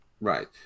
Right